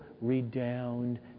redound